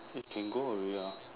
eh can go already ah